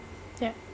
ya